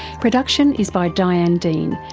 production is by diane dean,